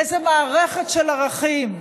איזו מערכת של ערכים.